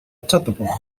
تطبخ